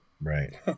Right